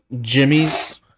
Jimmy's